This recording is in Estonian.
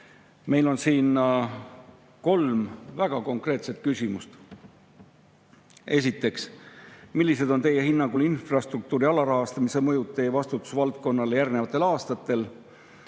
Meil on siin kolm väga konkreetset küsimust. Esiteks, millised on teie hinnangul infrastruktuuri alarahastamise mõjud teie vastutusvaldkonnale järgnevatel aastatel?